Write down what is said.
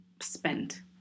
spent